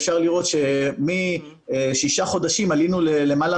אפשר לראות שמשישה חודשים עלינו ללמעלה